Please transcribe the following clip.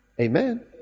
amen